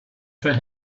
for